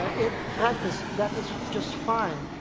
ah in practice, that is just fine.